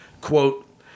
Quote